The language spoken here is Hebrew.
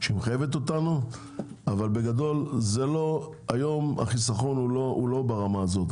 שמחייבת אותנו אבל בגדול החסכון היום הוא לא ברמה הזאת,